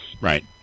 Right